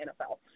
NFL